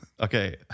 Okay